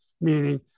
Meaning